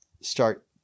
start